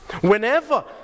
Whenever